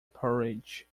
porridge